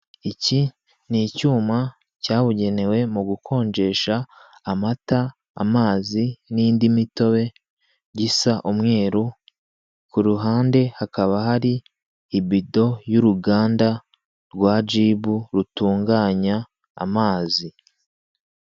Iki ni icyuma cyabugenewe mu gukonjesha amata, amazi n'indi mitobe gisa umweru, ku ruhande hakaba hari ibido y'uruganda rwa jibu rutunganya amazi.